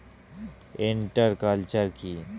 Inter culture কি?